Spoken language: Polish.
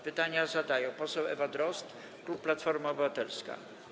Pytanie zadaje poseł Ewa Drozd, klub Platforma Obywatelska.